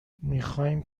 میخواییم